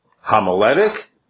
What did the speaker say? homiletic